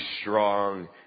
strong